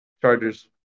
Chargers